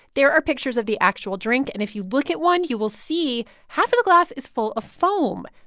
there are pictures of the actual drink. and if you look at one, you will see half of the glass is full of foam.